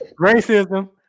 Racism